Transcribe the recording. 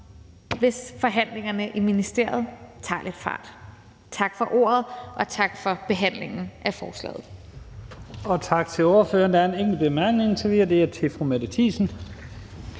hvis forhandlingerne i ministeriet tager lidt fart. Tak for ordet, og tak for behandlingen af forslaget.